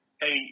hey